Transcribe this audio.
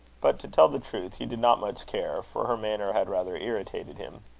but, to tell the truth, he did not much care, for her manner had rather irritated him.